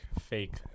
fake